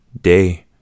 day